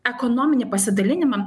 ekonominį pasidalinimą